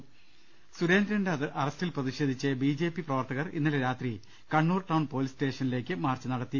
കലകലകലകലകലകല സുരേന്ദ്രന്റെ അറസ്റ്റിൽ പ്രതിഷേധിച്ച് ബി ജെ പി പ്രവർത്തകർ ഇന്നലെ രാത്രി കണ്ണൂർ ടൌൺ പൊലീസ് സ്റ്റേഷനിലേയ്ക്ക് മാർച്ച് നടത്തി